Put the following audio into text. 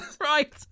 Right